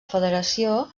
federació